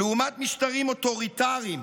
לעומת משטרים אוטוריטריים,